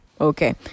okay